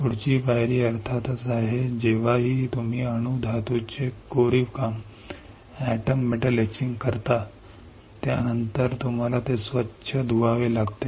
पुढील पायरी अर्थातच आहे जेव्हाही तुम्ही अणू धातूचे नक्षीकाम करता त्यानंतर तुम्हाला ते स्वच्छ धुवावे लागते